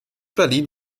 berlin